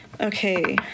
okay